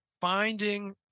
finding